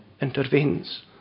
intervenes